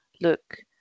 look